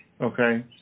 Okay